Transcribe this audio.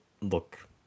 look